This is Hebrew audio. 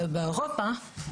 באירופה,